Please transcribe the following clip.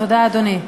תודה, אדוני.